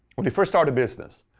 when you first start a business,